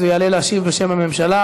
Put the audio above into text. זה הכול במוח עובד כבר.